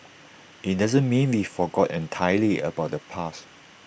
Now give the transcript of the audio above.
IT doesn't mean we forgot entirely about the past